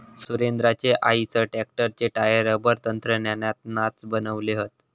सुरेंद्राचे आईसर ट्रॅक्टरचे tyre rubber तंत्रज्ञानातनाच बनवले हत